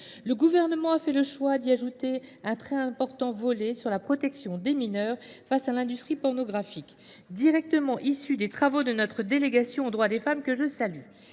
et sur le marché numérique, un très important volet sur la protection des mineurs face à l’industrie pornographique, directement issu des travaux de notre délégation aux droits des femmes, que je salue.